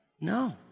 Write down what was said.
No